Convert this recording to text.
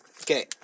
okay